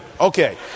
Okay